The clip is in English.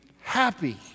happy